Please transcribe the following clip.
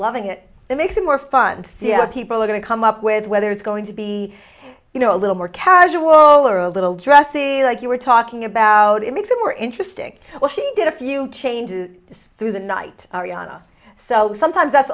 loving it that makes it more fun to see what people are going to come up with whether it's going to be you know a little more casual or a little dress either like you were talking about it makes it more interesting or she did a few changes through the night ariana so sometimes that's